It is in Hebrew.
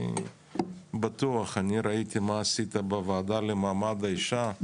אני בטוח, אני ראיתי מה עשית בוועדה למעמד האישה,